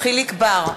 יחיאל חיליק בר,